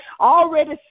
already